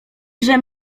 żem